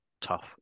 tough